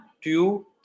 two